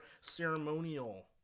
ceremonial